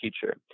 teacher